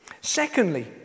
Secondly